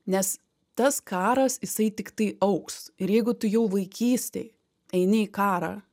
nes tas karas jisai tiktai augs ir jeigu tu jau vaikystėj eini į karą